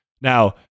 Now